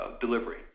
delivery